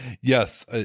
Yes